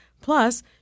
Plus